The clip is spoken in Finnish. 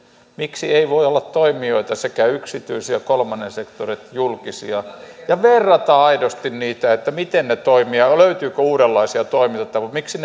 miksi ei voi olla toimijoita sekä yksityisiä kolmannen sektorin että julkisia ja verrattaisiin aidosti niitä miten ne toimivat ja löytyykö uudenlaisia toimintatapoja miksi